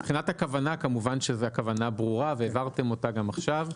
מבחינת הכוונה כמובן שהכוונה ברורה והבהרתם אותה גם עכשיו,